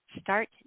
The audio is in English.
start